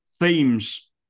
themes